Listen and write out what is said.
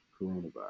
coronavirus